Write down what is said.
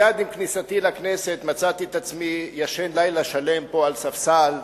מייד עם כניסתי לכנסת מצאתי את עצמי ישן לילה שלם פה על ספסל,